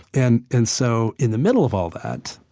and and so in the middle of all that,